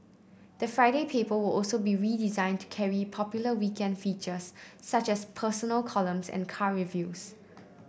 the Friday paper will also be redesigned to carry popular weekend features such as personal columns and car reviews